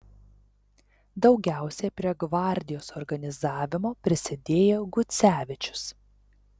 daugiausiai prie gvardijos organizavimo prisidėjo gucevičius